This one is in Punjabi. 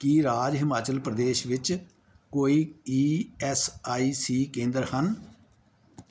ਕੀ ਰਾਜ ਹਿਮਾਚਲ ਪ੍ਰਦੇਸ਼ ਵਿੱਚ ਕੋਈ ਈ ਐੱਸ ਆਈ ਸੀ ਕੇਂਦਰ ਹਨ